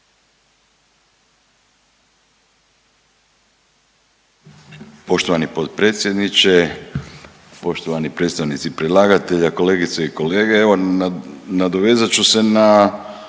Poštovani potpredsjedniče, poštovani predstavnici predlagatelja, kolegice i kolege. Evo nadovezat ću se na